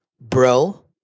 bro